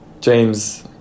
James